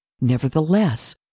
Nevertheless